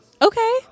Okay